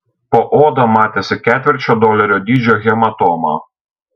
po oda matėsi ketvirčio dolerio dydžio hematoma